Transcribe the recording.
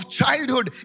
childhood